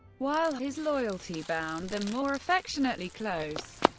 while his loyalty bound them more affectionately close.